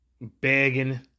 Begging